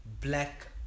black